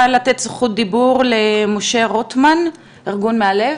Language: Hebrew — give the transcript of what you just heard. זכות דיבור למשה רוטמן, ארגון מהל"ב,